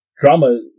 drama